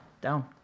Down